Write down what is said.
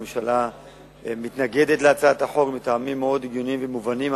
הממשלה מתנגדת להצעת החוק מטעמים מאוד הגיוניים ומובנים.